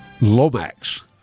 Lomax